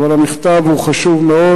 אבל המכתב הוא חשוב מאוד.